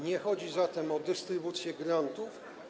Nie chodzi zatem o dystrybucję grantów.